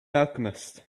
alchemist